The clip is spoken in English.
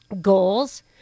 goals